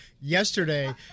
yesterday